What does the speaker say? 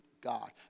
God